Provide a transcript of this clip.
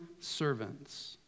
servants